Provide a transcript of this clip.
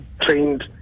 trained